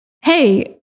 hey